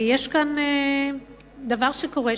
יש כאן דבר שקורה,